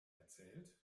erzählt